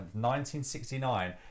1969